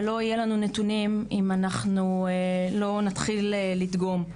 ולא יהיה לנו נתונים אם אנחנו לא נתחיל לדגום.